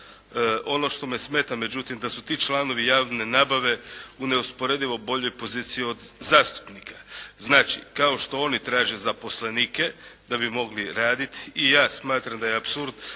Ono što me smeta međutim da su ti članovi javne nabave u neusporedivo boljoj poziciji od zastupnika. Znači kao što oni traže zaposlenike da bi mogli raditi i ja smatram da je apsurd